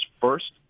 first